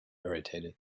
irritated